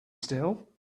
still